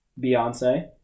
Beyonce